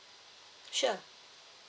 sure